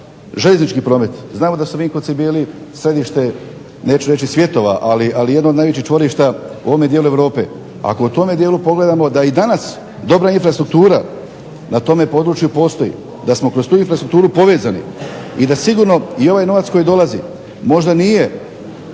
željeznički promet znamo da su Vinkovci bili središte ali jedno od najvećih čvorišta u ovome dijelu Europe. Ako u tome dijelu pogledamo da i danas dobra infrastruktura na tome području postoji, da smo kroz tu infrastrukturu povezani i da sigurno i ovaj novac koji prolazi nije